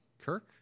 Kirk